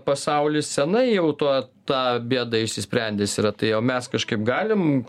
pasaulis senai jau tuo tą bėdą išsisprendęs yra tai o mes kažkaip galim